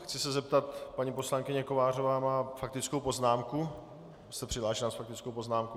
Chci se zeptat paní poslankyně Kovářová má faktickou poznámku, jste přihlášená s faktickou poznámkou?